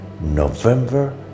November